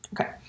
Okay